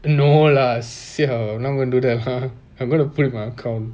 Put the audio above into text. no lah siao not gonna do that I'm gonna put in my account